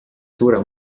suure